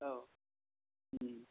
औ उम